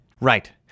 Right